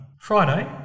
Friday